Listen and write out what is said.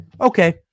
okay